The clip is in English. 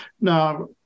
Now